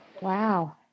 Wow